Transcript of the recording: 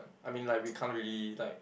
I mean like we can't really like